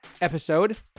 episode